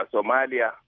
Somalia